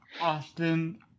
Austin